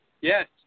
Yes